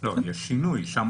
לא, יש שינוי.